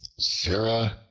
sirrah!